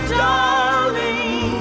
darling